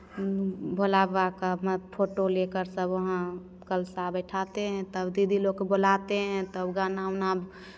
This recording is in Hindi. हम भोला बाबा का वहाँ फोटो लेकर सब वहाँ कलशा बैठाते हैं तब दीदी लोग को बुलाते हैं तब गाना उना